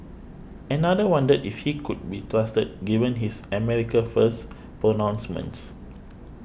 another wondered if he could be trusted given his America First Pronouncements